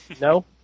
No